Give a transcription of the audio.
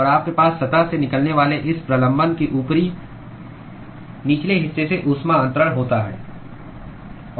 और आपके पास सतह से निकलने वाले इस प्रलंबन के ऊपरी और निचले हिस्से से ऊष्मा अन्तरण होता है